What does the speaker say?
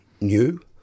new